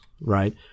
right